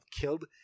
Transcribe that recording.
killed